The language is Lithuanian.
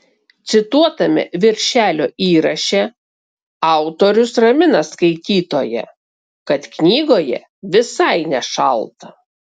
cituotame viršelio įraše autorius ramina skaitytoją kad knygoje visai nešalta